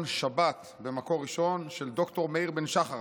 "שבת" במקור ראשון של ד"ר מאיר בן שחר.